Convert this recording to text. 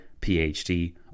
PhD